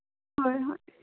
ꯍꯣꯏ ꯍꯣꯏ